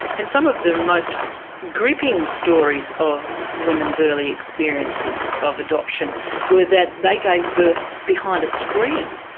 and some of the most gripping stories of women's early experiences of adoption were that they gave birth behind a screen,